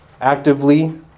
actively